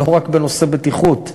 לא רק בנושא בטיחות.